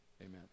Amen